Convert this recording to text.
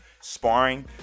sparring